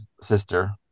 sister